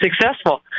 successful